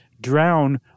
drown